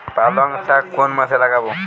পালংশাক কোন মাসে লাগাব?